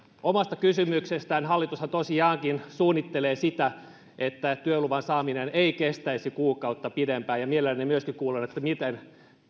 hänen kysymyksestään hallitushan tosiaankin suunnittelee sitä että työluvan saaminen ei kestäisi kuukautta pidempään mielelläni myöskin kuulen miten